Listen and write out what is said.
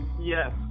Yes